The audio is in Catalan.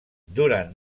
durant